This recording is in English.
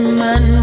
man